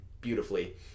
beautifully